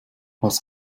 als